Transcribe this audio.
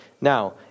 Now